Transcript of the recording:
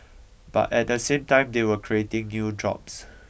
but at the same time they are creating new jobs